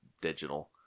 digital